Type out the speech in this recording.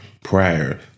prior